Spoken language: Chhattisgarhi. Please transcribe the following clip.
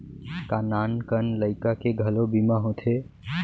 का नान कन लइका के घलो बीमा होथे?